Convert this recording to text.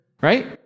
Right